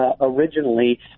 originally